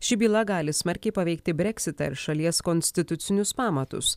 ši byla gali smarkiai paveikti breksitą ir šalies konstitucinius pamatus